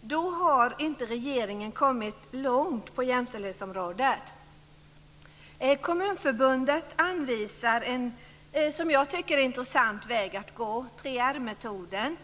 Då har regeringen inte kommit långt på jämställdhetsområdet. Kommunförbundet anvisar en intressant metod, 3 R-metoden.